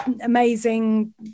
amazing